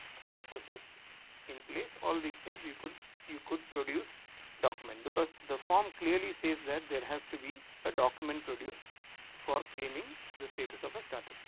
processes in place all these things you could you could produce document because to the form clearly says that there has to be a document produced for claiming the status of a start-up.